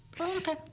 okay